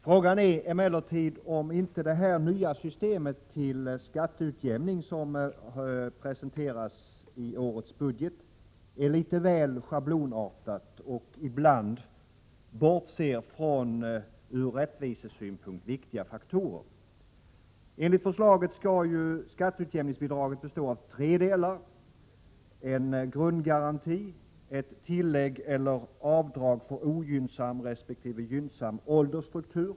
Frågan är emellertid om inte det nya system för skatteutjämning som presenteras i årets budget är litet väl schablonartat och om man inte ibland bortser från ur rättvisesynpunkt viktiga faktorer. 1. En grundgaranti. 2. Ett tillägg eller avdrag för ogynnsam resp. gynnsam åldersstruktur.